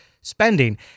spending